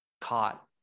caught